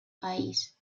país